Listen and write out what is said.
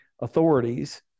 authorities